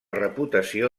reputació